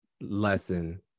lesson